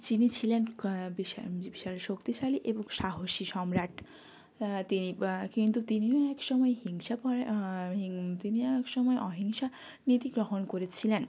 যিনি ছিলেন বিশাল বিশাল শক্তিশালী এবং সাহসী সম্রাট তিনি কিন্তু তিনিও এক সময় হিংসা করে আর হিং তিনি এক সময় অহিংসা নীতি গ্রহণ করেছিলেন